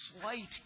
slight